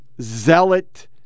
Zealot